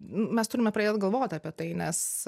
mes turime pradėt galvot apie tai nes